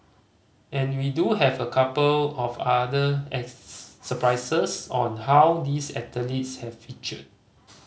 and we do have a couple of other surprises on how these athletes have featured